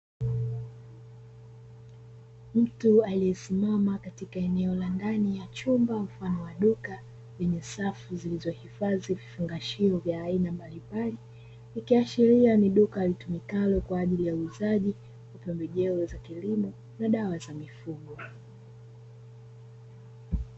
Mtu aliyesimama katika eneo la ndani ya chumba mfano wa duka lenye safu zilizo hifadhi vifungashio vya aina mbalimbali, ikiashiria ni duka litumikalo kwa ajili ya uuzaji wa pembejeo za kilimo na dawa za mifugo.